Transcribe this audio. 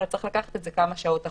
אלא צריך לקחת את זה כמה שעות אחורה.